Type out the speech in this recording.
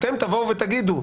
אתם תגידו: